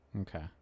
Okay